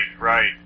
right